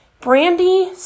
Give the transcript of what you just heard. Brandy